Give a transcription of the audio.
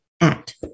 act